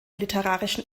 literarischen